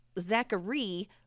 zachary